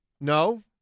No